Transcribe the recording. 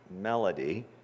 melody